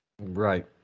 Right